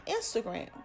Instagram